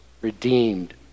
redeemed